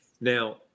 Now